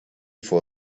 for